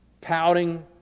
Pouting